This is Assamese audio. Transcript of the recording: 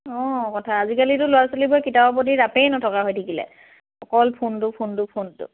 অঁ কথা আজিকালিতো ল'ৰা ছোৱালীবোৰ কিতাপৰ প্ৰতি ৰাপেই নথকা হৈ থাকিলে অকল ফোনটো ফোনটো ফোনটো